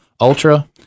Ultra